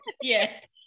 yes